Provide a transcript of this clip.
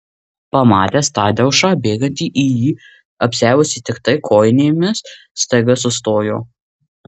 pamatęs tadeušą bėgantį į jį apsiavusį tiktai kojinėmis staiga sustojo